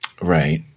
Right